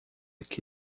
que